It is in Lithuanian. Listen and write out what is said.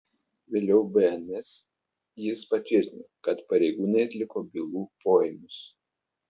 vėliau bns jis patvirtino kad pareigūnai atliko bylų poėmius